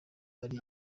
ari